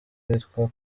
witwa